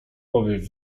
powiew